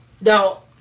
Now